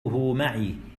معي